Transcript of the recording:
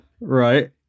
Right